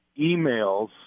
emails